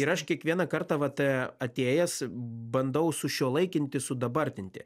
ir aš kiekvieną kartą vat atėjęs bandau sušiuolaikinti sudabartinti